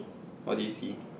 what do you see